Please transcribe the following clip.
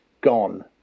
gone